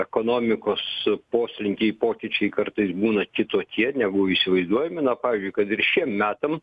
ekonomikos poslinkiai pokyčiai kartais būna kitokie negu įsivaizduojami na pavyzdžiui kad ir šiem metam